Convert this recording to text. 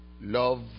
love